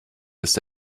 ist